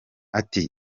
ati